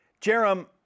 Jerem